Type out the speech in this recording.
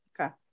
Okay